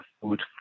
food